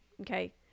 okay